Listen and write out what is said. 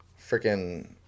Freaking